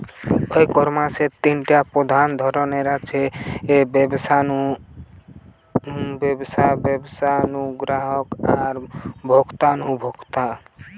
ই কমার্সের তিনটা প্রধান ধরন আছে, ব্যবসা নু ব্যবসা, ব্যবসা নু গ্রাহক আর ভোক্তা নু ভোক্তা